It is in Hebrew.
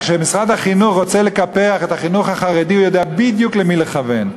כשמשרד החינוך רוצה לקפח את החינוך החרדי הוא יודע בדיוק למי לכוון,